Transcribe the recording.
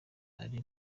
ari